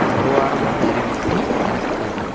ஒரு வார முன்னறிவிப்பை எனக்குக் காட்டு